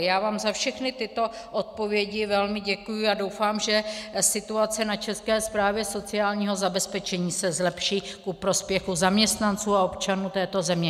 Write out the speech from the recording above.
Já vám za všechny tyto odpovědi velmi děkuji a doufám, že situace na České správě sociálního zabezpečení se zlepší ku prospěchu zaměstnanců a občanů této země.